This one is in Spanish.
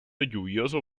lluvioso